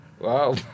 Wow